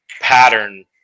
pattern